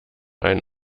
einen